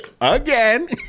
Again